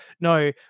no